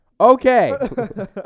Okay